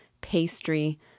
pastry